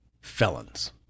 felons